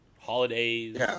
Holidays